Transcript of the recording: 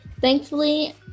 thankfully